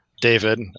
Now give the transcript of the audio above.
David